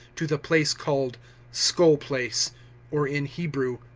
to the place called skull-place or, in hebrew,